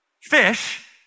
fish